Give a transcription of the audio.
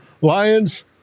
Lions